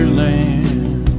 land